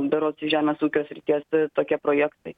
berods žemės ūkio srities tokie projektai